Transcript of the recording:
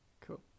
Cool